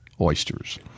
oysters